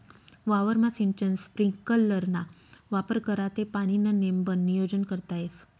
वावरमा सिंचन स्प्रिंकलरना वापर करा ते पाणीनं नेमबन नियोजन करता येस